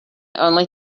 only